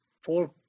four